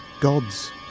gods